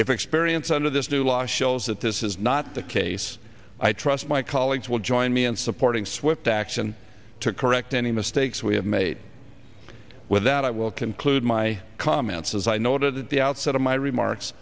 if experience under this new law shows that this is not the case i trust my colleagues will join me in supporting swift action to correct any mistakes we have made with that i will conclude my comments as i noted at the outset of my remarks